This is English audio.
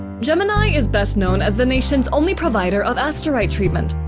gemini is best known as the nation's only provider of asterite treatment.